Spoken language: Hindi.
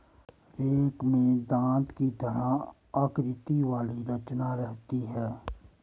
रेक में दाँत की तरह आकृति वाली रचना रहती है